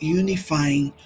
unifying